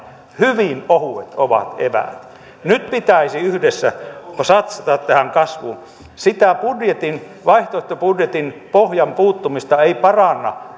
hyvin ohuet ovat eväät nyt pitäisi yhdessä satsata kasvuun sitä vaihtoehtobudjetin pohjan puuttumista ei paranna